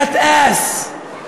גטאס,